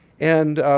and